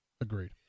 Agreed